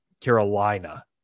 Carolina